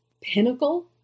pinnacle